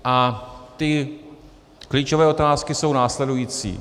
A ty klíčové otázky jsou následující.